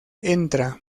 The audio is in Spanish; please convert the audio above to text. entra